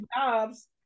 jobs